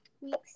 weeks